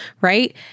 right